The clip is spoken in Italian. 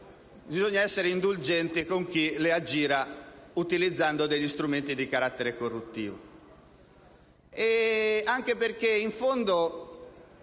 bisogna essere indulgenti con chi le aggira utilizzando degli strumenti di carattere corruttivo,